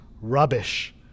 rubbish